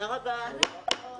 הישיבה נעולה.